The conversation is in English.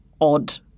odd